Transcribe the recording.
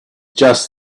just